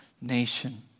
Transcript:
nation